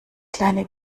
kleine